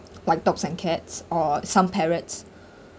like dogs and cats or some parrots